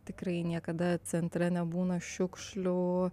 tikrai niekada centre nebūna šiukšlių